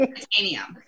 Titanium